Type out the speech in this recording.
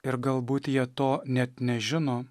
ir galbūt jie to net nežino